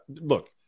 look